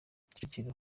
kicukiro